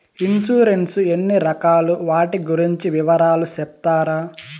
Insurance ఎన్ని రకాలు వాటి గురించి వివరాలు సెప్తారా?